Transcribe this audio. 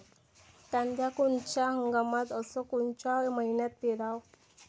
कांद्या कोनच्या हंगामात अस कोनच्या मईन्यात पेरावं?